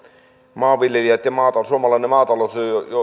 maanviljelijät ja suomalainen maatalous